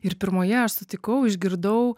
ir pirmoje aš sutikau išgirdau